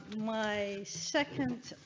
my second